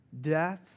death